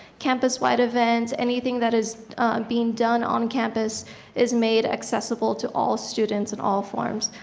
campus-wide events, anything that is being done on campus is made accessible to all students and all forms.